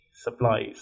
supplies